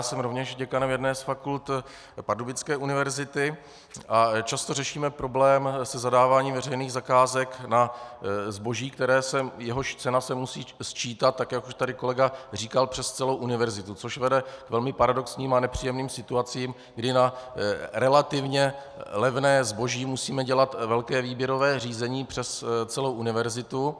Jsem rovněž děkanem jedné z fakult Pardubické univerzity a často řešíme problém se zadáváním veřejných zakázek na zboží, jehož cena se musí sčítat, tak jak už tady kolega říkal, přes celou univerzitu, což vede k velmi paradoxním a nepříjemným situacím, kdy na relativně levné zboží musíme dělat velké výběrové řízení přes celou univerzitu.